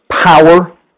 power